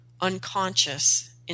unconscious